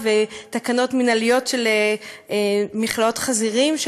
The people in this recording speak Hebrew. תקנות מינהליות של מכלאות חזירים,